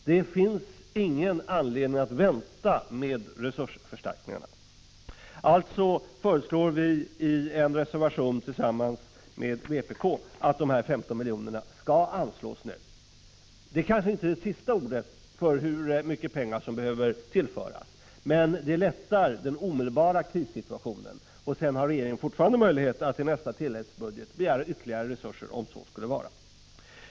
Det finns ingen anledning att vänta med resursförstärkningarna. Vi föreslår alltså i en reservation tillsammans med vpk att dessa 15 milj.kr. skall anslås nu. Det är kanske inte det sista ordet när det gäller hur mycket pengar som behöver tillföras. Men detta belopp lättar den omedelbara krissituationen. Sedan har regeringen fortfarande möjlighet att i nästa tilläggsbudget begära ytterligare resurser.